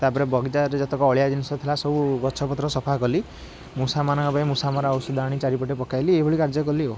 ତା'ପରେ ବଗିଚାରେ ଯେତେକ ଅଳିଆ ଜିନିଷ ଥେଲା ସବୁ ଗଛପତ୍ର ସଫା କଲି ମୂଷାମାନଙ୍କ ପାଇଁ ମୂଷାମରା ଓଷଧ ଆଣି ଚାରିପଟେ ପକାଇଲି ଏହିପରି କାର୍ଯ୍ୟ କଲି ଆଉ